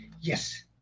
yes